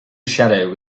shadow